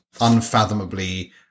unfathomably